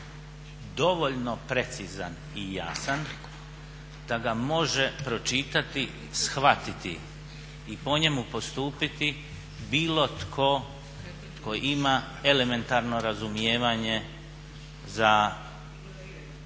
dovoljno precizan i jasan da ga može pročitati, shvatiti i po njemu postupiti bilo tko tko ima elementarno razumijevanje za